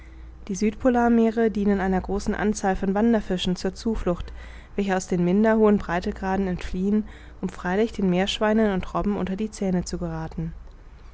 gezogen hatte die südpolarmeere dienen einer großen anzahl von wanderfischen zur zuflucht welche aus den minder hohen breitegraden entfliehen um freilich den meerschweinen und robben unter die zähne zu gerathen